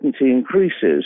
increases